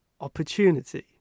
opportunity